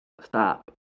Stop